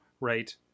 right